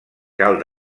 cal